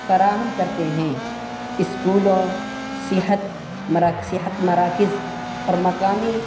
فراہم کرتے ہیں اسکولوں صحت مراکس صحت مراکز اور مقامی